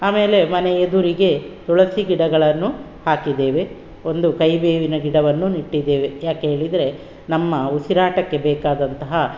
ಆಮೇಲೆ ಮನೆ ಎದುರಿಗೆ ತುಳಸಿ ಗಿಡಗಳನ್ನು ಹಾಕಿದ್ದೇವೆ ಒಂದು ಕಹಿಬೇವಿನ ಗಿಡವನ್ನೂ ನೆಟ್ಟಿದ್ದೇವೆ ಯಾಕೆ ಹೇಳಿದರೆ ನಮ್ಮ ಉಸಿರಾಟಕ್ಕೆ ಬೇಕಾದಂತಹ